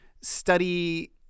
study